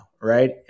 right